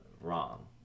wrong